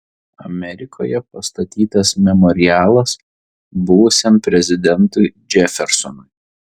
amerikoje pastatytas memorialas buvusiam prezidentui džefersonui